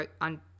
on